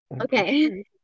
Okay